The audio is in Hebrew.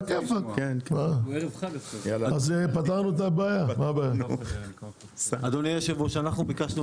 אבל בפועל אצלנו בענף פועלות 98 מחלבות קטנות ובינוניות שבגלל